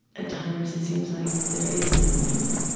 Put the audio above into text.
at times it seems like there is no meaning?